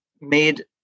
made